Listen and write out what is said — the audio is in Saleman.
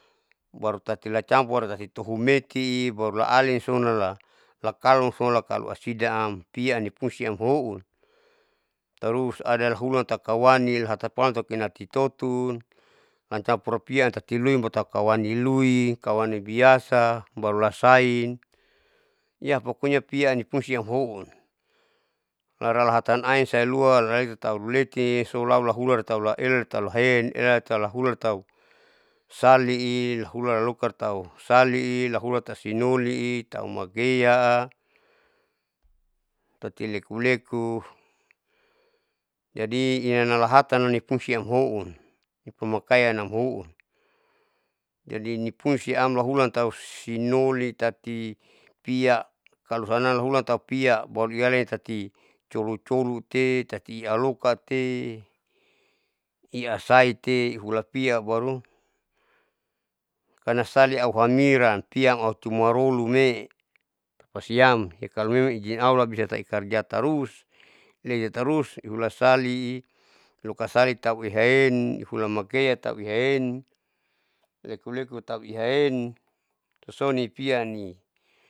Baru tati lacampur tati tuhumeti barulaalin sonala lakalon so lakalon asidaam pianipungsi amhoun tarus adalahulan takaruannil hatapiaam rekena kitotun lacampur lapiam tati luin botaukapani luin kawani biasa baru lasain, iyah pokoknya pianipungsi houn laratan salahain taulua raesatauliesi solau lahulan taluhaen elati lahulan tahu sali lahulan lalokar sali lahulan tasinoli tahu magea tati leku leku, jadi inanalahatan nipungsiam houn pemakayan amhoun jadi nipungsiam lahulan tahu sinoli tati pia kalosanan lahulan taupia bruialin tati colu colute tati alokate iyasaite hulapia baru karna sali auhamiran piaam autumarolu mee, tapasam kalomemang ijin allah bisataikara itarus hula sali lukasali tahu ihaen nipula makea tahu iohaen leku leku tahu ihaen soni piani.